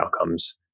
outcomes